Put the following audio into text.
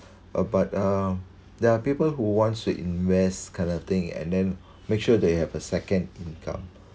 uh but uh there are people who wants to invest kind of thing and then make sure they have a second income